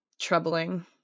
troubling